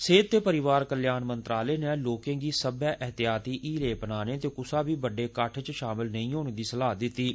सेहत ते परिवार कल्याण मंत्रालय नै लोकेंगी सब्बै एहतियाती हीले अपनाने ते कुसा बी बड्डे किट्ठ च शामल नेई होने दी सलाह दित्ती ऐ